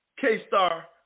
K-Star